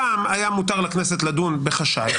פעם היה מותר למליאה לדון בחשאי,